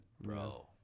bro